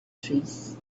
trees